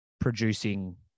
producing